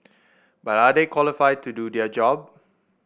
but are they qualified to do their job